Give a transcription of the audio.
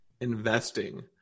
investing